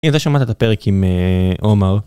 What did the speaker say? שמעת את הפרק עם עומאר